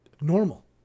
normal